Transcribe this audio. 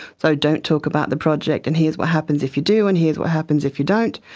so don't talk about the project and here's what happens if you do and here's what happens if you don't,